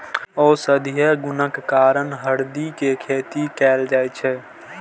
औषधीय गुणक कारण हरदि के खेती कैल जाइ छै